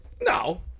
No